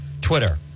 Twitter